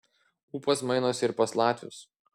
ūpas mainosi ir pas latvius